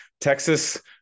Texas